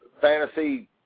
fantasy